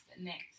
next